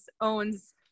owns